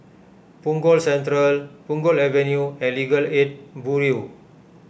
Punggol Central Punggol Avenue and Legal Aid Bureau